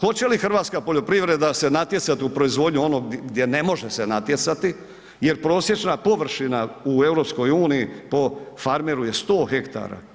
Hoće li hrvatska poljoprivreda se natjecati u proizvodnju onog gdje ne može se natjecati jer prosječna površina u EU-i po farmeru je 100 hektara.